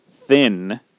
thin